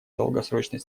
долгосрочной